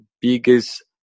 biggest